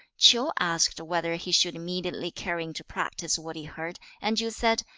ch'iu asked whether he should immediately carry into practice what he heard, and you said,